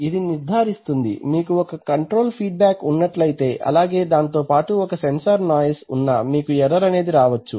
ఇది నిర్ధారిస్తుంది మీకు ఒక కంట్రోల్ ఫీడ్బ్యాక్ ఉన్నట్లయితే అలాగే దాంతోపాటు ఒక సెన్సార్ నాయిస్ ఉన్నా మీకు ఎర్రర్ అనేది రావోచ్చు